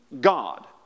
God